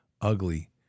ugly